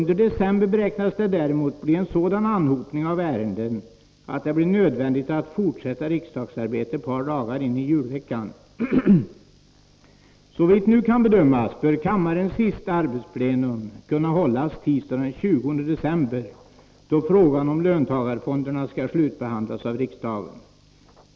Under december beräknas det däremot bli en sådan anhopning av ärenden att det blir nödvändigt att fortsätta riksdagsarbetet ett par dagar in i julveckan. Såvitt nu kan bedömas bör kammarens sista arbetsplenum kunna hållas tisdagen den 20 december, då frågan om löntagarfonderna skall slutbehandlas av riksdagen.